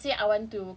and then also like